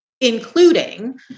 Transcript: including